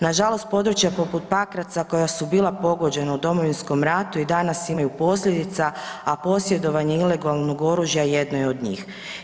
Na žalost područja poput Pakraca koja su bila pogođena u Domovinskom ratu i danas imaju posljedica, a posjedovanje ilegalnog oružja jedno je od njih.